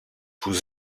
vous